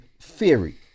theory